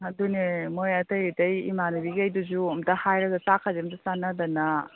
ꯑꯗꯨꯅꯦ ꯃꯣꯏ ꯑꯇꯩ ꯑꯇꯩ ꯏꯃꯥꯟꯅꯕꯤꯈꯩꯗꯨꯁꯨ ꯑꯝꯇ ꯍꯥꯏꯔꯒ ꯆꯥꯛꯀꯁꯦ ꯑꯝꯇ ꯆꯥꯟꯅꯗꯅ